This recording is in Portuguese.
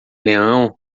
leão